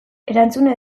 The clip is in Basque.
erantzuna